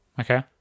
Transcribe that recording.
Okay